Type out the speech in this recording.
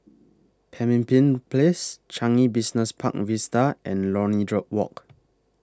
Pemimpin Place Changi Business Park Vista and Lornie Walk